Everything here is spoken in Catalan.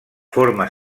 forma